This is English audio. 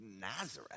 Nazareth